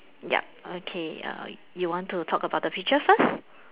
you want to talk about the picture first